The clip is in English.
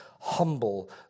humble